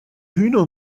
hühner